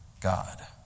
God